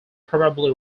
probably